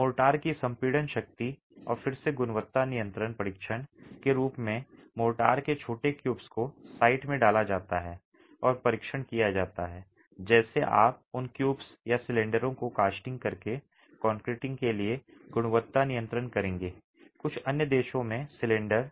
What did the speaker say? mortar की संपीड़न शक्ति और फिर से गुणवत्ता नियंत्रण परीक्षण के रूप में मोर्टार के छोटे क्यूब्स को साइट में डाला जाता है और परीक्षण किया जाता है जैसे आप उन क्यूब्स या सिलेंडरों को कास्टिंग करके कंक्रीटिंग के लिए गुणवत्ता नियंत्रण करेंगे कुछ अन्य देशों में सिलेंडर